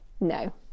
No